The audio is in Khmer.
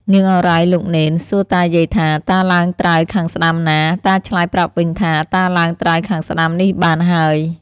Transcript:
នាងឱរ៉ៃលោកនេន សួរតាយាយថា " តាឡើងត្រើយខាងស្តាំណា?" ។ តាឆ្លើយ ប្រាប់វិញថា " តាឡើងត្រើយខាងស្តាំនេះបានហើយ" ។